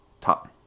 top